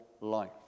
Life